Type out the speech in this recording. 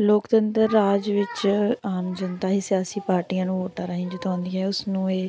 ਲੋਕਤੰਤਰ ਰਾਜ ਵਿੱਚ ਆਮ ਜਨਤਾ ਹੀ ਸਿਆਸੀ ਪਾਰਟੀਆਂ ਨੂੰ ਵੋਟਾਂ ਰਾਹੀਂ ਜਿਤਾਉਂਦੀ ਹੈ ਉਸਨੂੰ ਇਹ